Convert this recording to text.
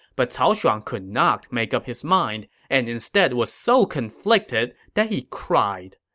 but cao shuang could not make up his mind and instead was so conflicted that he cried.